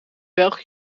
belgië